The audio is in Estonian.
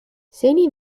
seni